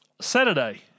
Saturday